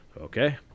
Okay